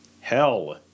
Hell